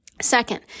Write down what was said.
Second